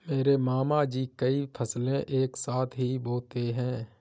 मेरे मामा जी कई फसलें एक साथ ही बोते है